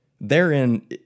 therein